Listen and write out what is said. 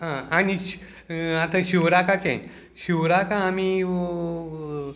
आं आनी आतां शिवराकाचें शिवराक आमी